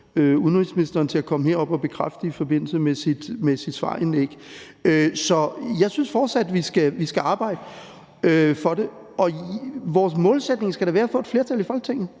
udenrigsministeren til at komme herop og bekræfte i forbindelse med sit svarindlæg. Så jeg synes fortsat, at vi skal arbejde for det, og vores målsætning skal da være at få et flertal i Folketinget